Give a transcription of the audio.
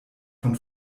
von